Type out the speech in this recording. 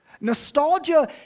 Nostalgia